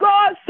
God